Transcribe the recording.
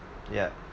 yeah